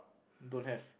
don't have